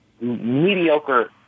mediocre